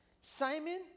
Simon